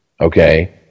Okay